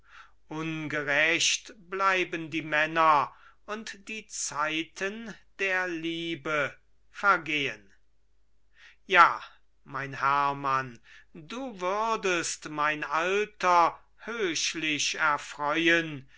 ungerecht bleiben die männer und die zeiten der liebe vergehen ja mein hermann du würdest mein alter höchlich erfreuen